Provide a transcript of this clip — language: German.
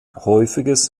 häufiges